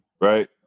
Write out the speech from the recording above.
right